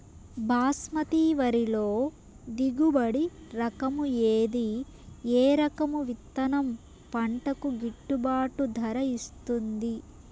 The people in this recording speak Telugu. బాస్మతి వరిలో దిగుబడి రకము ఏది ఏ రకము విత్తనం పంటకు గిట్టుబాటు ధర ఇస్తుంది